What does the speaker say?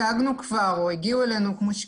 או הגיע אלינו מידע,